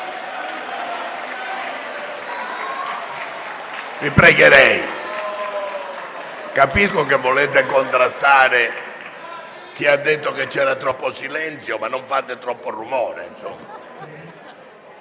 Colleghi, capisco che vogliate contrastare chi ha detto che c'era troppo silenzio, ma non fate troppo rumore.